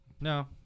No